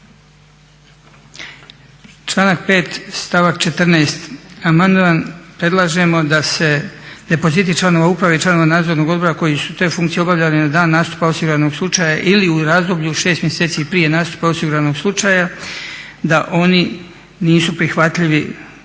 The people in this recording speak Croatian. članak 5. stavak 14.